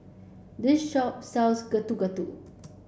this shop sells Getuk Getuk